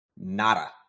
Nada